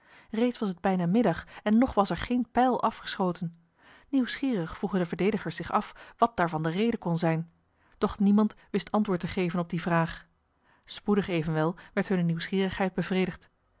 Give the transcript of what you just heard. reeds was het bijna middag en nog was er geen pijl afgeschoten nieuwsgierig vroegen de verdedigers zich af wat daarvan de reden kon zijn doch niemand wist antwoord te geven op die vraag spoedig evenwel werd hunne nieuwsgierigheid bevredigd